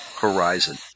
horizon